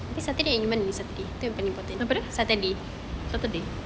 apa dia saturday